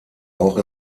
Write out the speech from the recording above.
auch